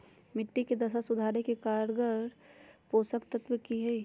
मिट्टी के दशा सुधारे के कारगर पोषक तत्व की है?